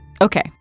Okay